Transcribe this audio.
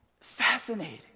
Fascinating